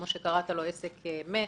מה שקראת לו עסק מת,